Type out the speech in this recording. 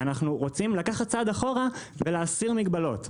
ופה רוצים לקחת צעד אחורה ולהסיר מגבלות.